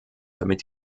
damit